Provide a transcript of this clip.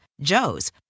Joe's